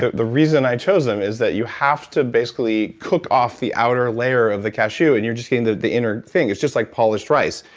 the the reason i chose them is that you have to basically cook off the outer layer of the cashew, and you're just getting the the inner thing. it's just like polished rice.